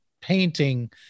painting